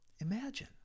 Imagine